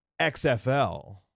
XFL